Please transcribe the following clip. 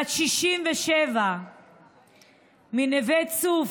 בת 67 מנווה צוף,